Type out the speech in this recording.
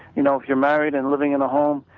you know if you are married and living in a home,